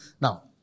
Now